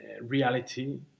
reality